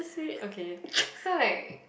okay so like